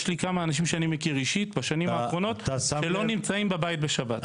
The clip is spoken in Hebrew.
יש כמה אנשים שאני מכיר אישית בשנים האחרונות שלא נמצאים בבית בשבת.